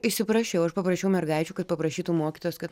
išsiprašiau aš paprašiau mergaičių kad paprašytų mokytojos kad